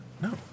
No